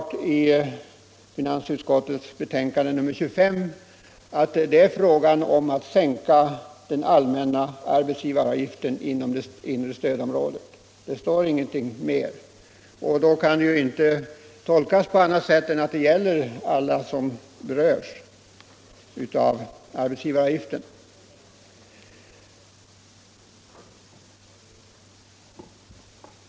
Men i finansutskottets betänkande nr 25 står det klart att det är fråga om att sänka den allmänna arbetsgivaravgiften inom det inre stödområdet. Det står inget undantag angivet, och då kan ju riksdagsbeslutet inte tolkas på annat sätt än att det gäller alla som är skyldiga att erlägga arbetsgivaravgift.